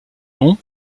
long